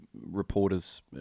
reporters